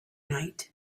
night